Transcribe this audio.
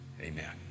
Amen